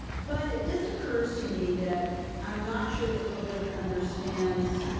but it just occurs to me that i'm not sure the public understands